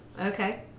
Okay